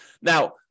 Now